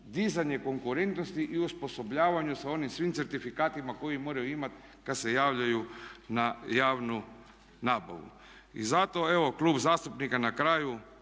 dizanje konkurentnosti i osposobljavanju sa onim svim certifikatima koje moraju imati kad se javljaju na javnu nabavu. I zato evo klub zastupnika na kraju